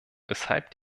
weshalb